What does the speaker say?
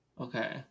Okay